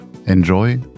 Enjoy